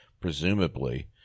presumably